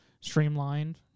streamlined